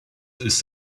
ist